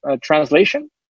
translation